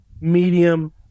medium